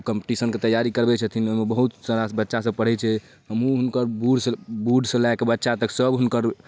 ओ कम्पटीशनके तैआरी करबै छथिन ओहिमे बहुत सारा बच्चासभ पढ़ै छै हमहूँ हुनकर बूढ़सँ लऽ कऽ बच्चा तक सब हुनकर